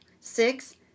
six